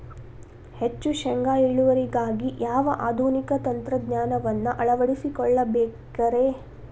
ಹೆಚ್ಚು ಶೇಂಗಾ ಇಳುವರಿಗಾಗಿ ಯಾವ ಆಧುನಿಕ ತಂತ್ರಜ್ಞಾನವನ್ನ ಅಳವಡಿಸಿಕೊಳ್ಳಬೇಕರೇ?